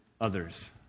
others